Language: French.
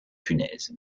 punaises